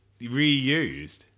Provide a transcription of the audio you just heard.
reused